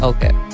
Okay